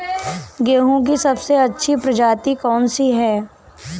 गेहूँ की सबसे अच्छी प्रजाति कौन सी है?